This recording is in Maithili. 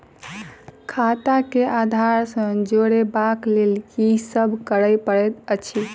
खाता केँ आधार सँ जोड़ेबाक लेल की सब करै पड़तै अछि?